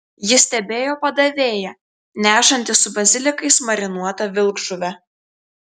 ji stebėjo padavėją nešantį su bazilikais marinuotą vilkžuvę